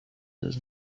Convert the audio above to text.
does